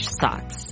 socks